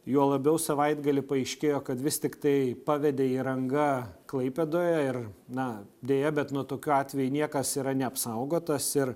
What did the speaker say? juo labiau savaitgalį paaiškėjo kad vis tiktai pavedė įranga klaipėdoje ir na deja bet nuo tokiu atvejų niekas yra neapsaugotas ir